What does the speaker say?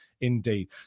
indeed